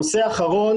נושא אחרון